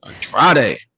Friday